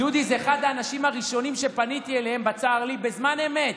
דודי הוא אחד האנשים הראשונים שפניתי אליהם בצר לי בזמן אמת,